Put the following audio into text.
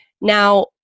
Now